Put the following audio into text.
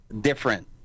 different